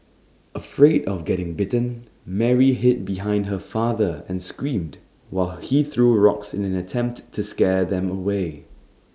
afraid of getting bitten Mary hid behind her father and screamed while he threw rocks in an attempt to scare them away